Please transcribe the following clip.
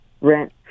rent